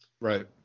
Right